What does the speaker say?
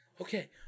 okay